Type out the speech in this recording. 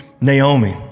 Naomi